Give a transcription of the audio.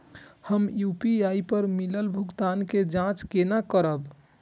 हम यू.पी.आई पर मिलल भुगतान के जाँच केना करब?